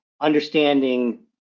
understanding